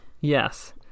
Yes